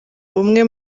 bumwe